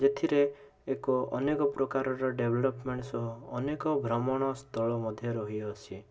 ଯେଥିରେ ଏକ ଅନେକ ପ୍ରକାରର ଡେଭ୍ଲପ୍ମେଣ୍ଟ୍ ସହ ଅନେକ ଭ୍ରମଣସ୍ଥଳ ମଧ୍ୟ ରହିଅଛି